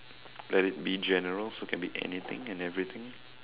let it be general so can be anything and everything